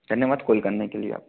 धन्यवाद कोल करने के लिए आपका